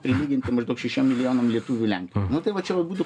prilyginti maždaug šešiem milijonam lietuvių lenkijoj nu tai va čia va būtų